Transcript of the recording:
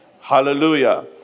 Hallelujah